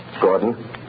Gordon